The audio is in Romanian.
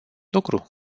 lucru